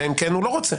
אלא אם כן הוא לא רוצה.